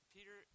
Peter